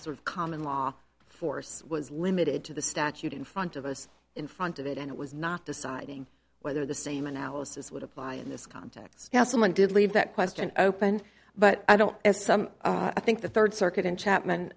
sort of common law force was limited to the statute in front of us in front of it and it was not deciding whether the same analysis would apply in this context now someone did leave that question open but i don't as some i think the third circuit in chapman